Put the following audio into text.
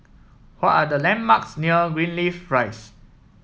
what are the landmarks near Greenleaf Rise